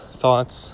thoughts